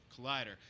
Collider